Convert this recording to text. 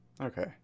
Okay